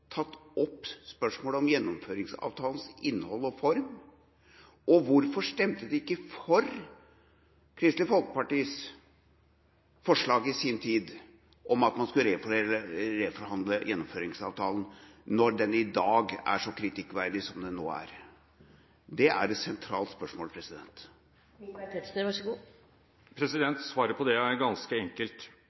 tatt opp spørsmålet om gjennomføringsavtalens innhold og form, og hvorfor stemte de ikke for Kristelig Folkepartis forslag i sin tid om at man skulle reforhandle gjennomføringsavtalen når den i dag er så kritikkverdig som den nå er? Det er et sentralt spørsmål. Svaret på det er ganske enkelt.